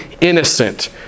innocent